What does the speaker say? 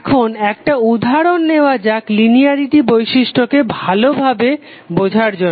এখন একটা উদাহরণ নেওয়া যাক লিনিয়ারিটি বৈশিষ্ট্যটিকে ভালো ভাবে বোঝার জন্য